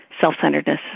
self-centeredness